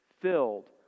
filled